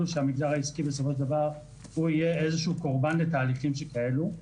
שהמגזר העסקי בסופו של דבר יהיה קורבן לתהליכים שכאלה.